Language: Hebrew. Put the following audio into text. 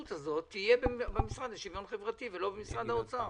הזאת תהיה במשרד לשוויון חברתי ולא במשרד האוצר.